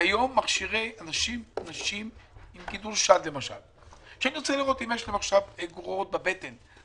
היו למשל נשים עם גידול בשד שאני רוצה לדעת אם יש להם גרורות בבטן,